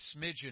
smidgen